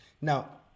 Now